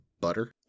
butter